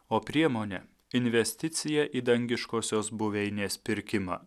o priemone investicija į dangiškosios buveinės pirkimą